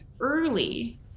early